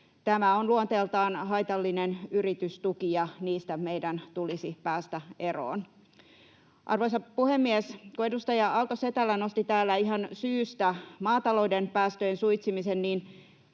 Tämä on luonteeltaan haitallinen yritystuki, ja niistä meidän tulisi päästä eroon. Arvoisa puhemies! Kun edustaja Aalto-Setälä nosti täällä ihan syystä maatalouden päästöjen suitsimisen, niin